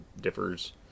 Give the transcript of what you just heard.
differs